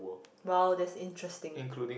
bow this interesting